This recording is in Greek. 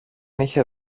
είχε